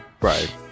Right